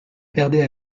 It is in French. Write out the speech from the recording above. perdais